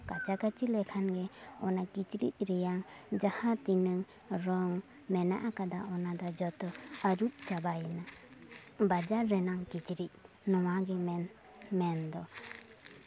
ᱠᱟᱪᱟᱠᱟᱹᱪᱤ ᱞᱮᱠᱷᱟᱱ ᱜᱮ ᱚᱱᱟ ᱠᱤᱪᱨᱤᱡ ᱨᱮᱭᱟᱜ ᱡᱟᱦᱟᱸ ᱛᱤᱱᱟᱹᱜ ᱨᱚᱝ ᱢᱮᱱᱟᱜ ᱟᱠᱟᱫᱟ ᱚᱱᱟᱫᱚ ᱡᱚᱛᱚ ᱟᱹᱨᱩᱵ ᱪᱟᱵᱟᱭᱮᱱᱟ ᱵᱟᱡᱟᱨ ᱨᱮᱱᱟᱜ ᱠᱤᱪᱨᱤᱡ ᱱᱚᱣᱟᱜᱤᱧ ᱢᱮᱱᱫᱚ